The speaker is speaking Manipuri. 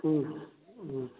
ꯎꯝ ꯎꯝ